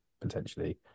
potentially